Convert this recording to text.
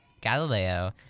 Galileo